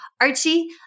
Archie